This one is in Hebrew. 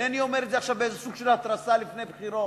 ואינני אומר את זה עכשיו באיזה סוג של התרסה לפני בחירות.